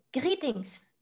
Greetings